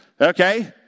Okay